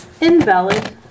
Invalid